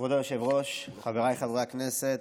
כבוד היושב-ראש, חבריי חברי הכנסת,